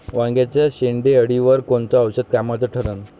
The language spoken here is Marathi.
वांग्याच्या शेंडेअळीवर कोनचं औषध कामाचं ठरन?